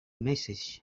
message